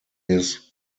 his